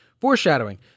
foreshadowing